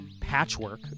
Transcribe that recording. patchwork